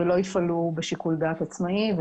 ולא יפעלו בשיקול דעת עצמאי.